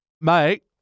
mate